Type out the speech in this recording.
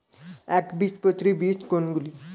একবীজপত্রী বীজ কোন গুলি?